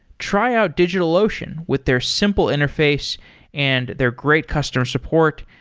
try out digitalocean with their simple interface and their great customer support,